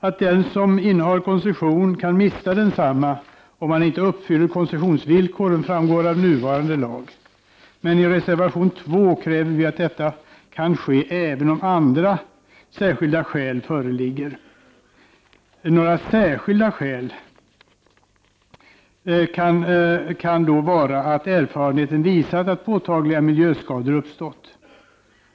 Att den som innehar koncession kan mista densamma om han inte uppfyller koncessionsvillkoren framgår av nuvarande lag, men i reservation 2 kräver vi att detta även skall kunna ske om andra särskilda skäl föreligger. Sådana särskilda skäl kan då vara att erfarenheten visat att påtagliga miljöskador uppstått.